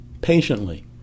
patiently